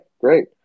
great